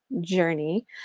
journey